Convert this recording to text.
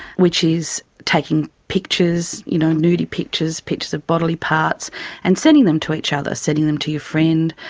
which is taking pictures, you know, nudie pictures, pictures of bodily parts and sending them to each other. sending them to your friend.